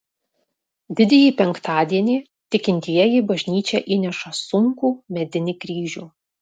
didįjį penktadienį tikintieji į bažnyčią įnešą sunkų medinį kryžių